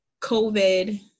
covid